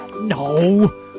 No